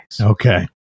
Okay